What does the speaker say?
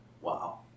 Wow